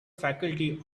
faculty